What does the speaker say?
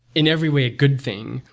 in every way, a good thing,